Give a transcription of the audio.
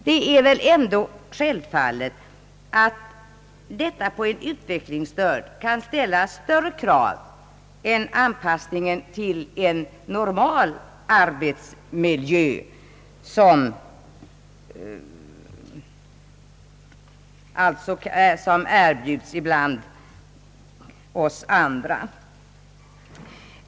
Det är väl ändå självfallet att detta på en utvecklingsstörd kan ställa större krav än anpassningen till en normal arbetsmiljö som erbjuds bland oss andra.